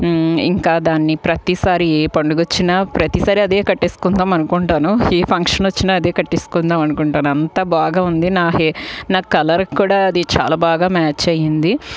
ఇంకా దాన్ని ప్రతిసారి ఏ పండుగ వచ్చినా ప్రతిసారి అదే కట్టేసుకుందాం అనుకుంటాను ఏ ఫంక్షను వోచ్చినా అదే కట్టేసుకుందాం అనుకుంటాను అంత బాగా ఉంది నా హెయి కలర్కు కూడా అది బాగా చాల బాగా మ్యాచ్ అయ్యింది